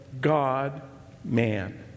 God-man